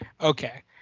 Okay